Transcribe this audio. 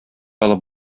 алып